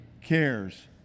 cares